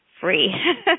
free